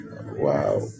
Wow